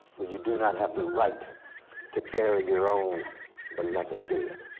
where you do not have the right to bury your own beloved dead.